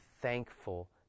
thankful